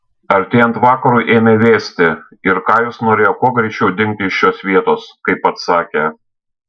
artėjant vakarui ėmė vėsti ir kajus norėjo kuo greičiau dingti iš šios vietos kaip pats sakė